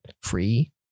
free